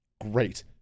great